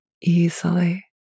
easily